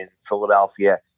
Philadelphia